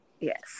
Yes